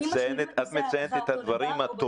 האם --- את מציינת את הדברים הטובים